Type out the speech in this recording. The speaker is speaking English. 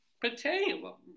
Potato